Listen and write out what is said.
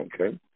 Okay